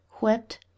wept